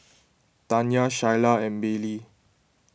Tanya Shyla and Baylee